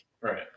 Right